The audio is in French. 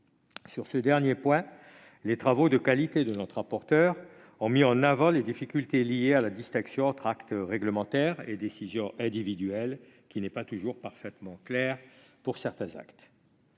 Sur ce dernier point, les travaux de qualité de notre rapporteur ont mis en relief les difficultés liées à « la distinction entre acte réglementaire et décision individuelle[, qui] n'est pas toujours parfaitement claire pour certains actes